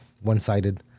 one-sided